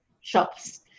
shops